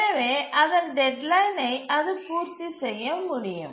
எனவே அதன் டெட்லைனை அது பூர்த்தி செய்ய முடியும்